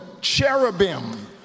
cherubim